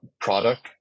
product